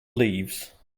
leaves